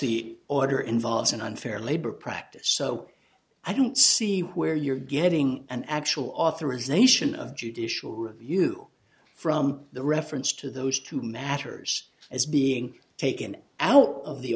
the order involves an unfair labor practice so i don't see where you're getting an actual authorization of judicial review from the reference to those two matters as being taken out of the